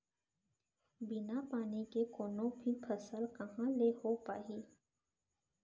बिना पानी के कोनो भी फसल कहॉं ले हो पाही?